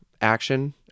action